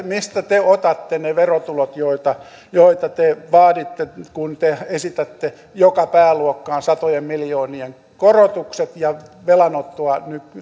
mistä te otatte ne verotulot joita joita te vaaditte kun te esitätte joka pääluokkaan satojen miljoonien korotukset ja velanottoa